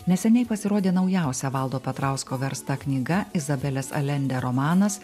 neseniai pasirodė naujausia valdo petrausko versta knyga izabelės alender romanas